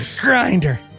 Grinder